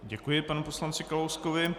Děkuji panu poslanci Kalouskovi.